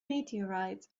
meteorites